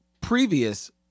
previous